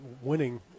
winning